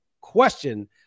question